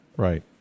Right